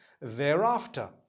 thereafter